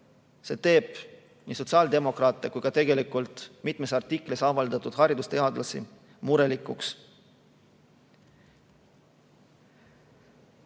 teeb nii sotsiaaldemokraate kui ka tegelikult mitmes artiklis [seda muret] avaldanud haridusteadlasi murelikuks.